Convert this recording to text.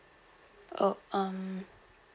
oh um